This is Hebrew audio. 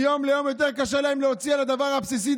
מיום ליום יותר קשה להם להוציא על הדבר הבסיסי,